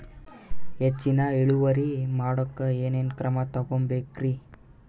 ಹೆಚ್ಚಿನ್ ಇಳುವರಿ ಮಾಡೋಕ್ ಏನ್ ಏನ್ ಕ್ರಮ ತೇಗೋಬೇಕ್ರಿ?